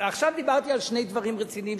עכשיו דיברתי על שני דברים רציניים.